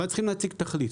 אבל צריכים להציג תכלית,